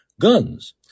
guns